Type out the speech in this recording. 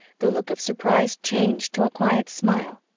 the look of surprise changed to a quiet smile.